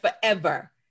forever